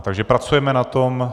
Takže pracujeme na tom.